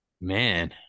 Man